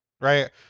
right